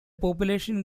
population